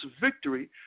victory